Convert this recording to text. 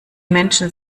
menschen